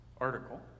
article